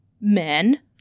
men